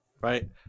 right